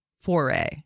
foray